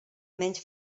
menys